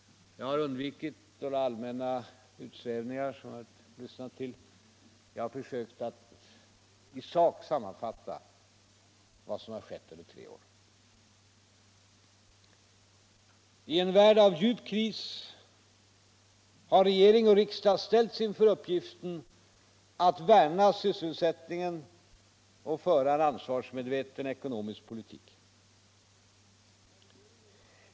Jag har undvikit allmänna utsvävningar. Jag har försökt att i sak sammanfatta vad som skett under tre år. I en värld av djup kris har regering och riksdag ställts inför uppgiften att värna sysselsättningen och föra en ansvarsmedveten ekonomisk politik.